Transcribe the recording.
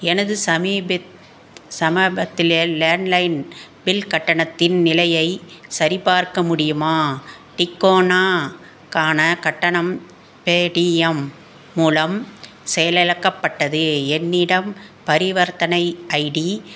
எனது சமீபெத் சமீபத்லே லேண்ட்லைன் பில் கட்டணத்தின் நிலையைச் சரிபார்க்க முடியுமா டிக்கோனா க்கான கட்டணம் பேடிஎம் மூலம் செயலிழக்கப்பட்டது என்னிடம் பரிவர்த்தனை ஐடி